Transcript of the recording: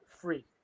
free